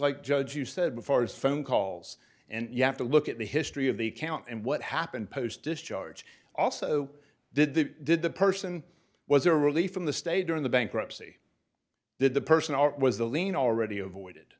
like judge you said before as phone calls and you have to look at the history of the count and what happened post discharge also did they did the person was a relief from the stay during the bankruptcy did the person or was the lien already avoided